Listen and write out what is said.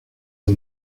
the